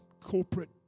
corporate